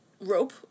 rope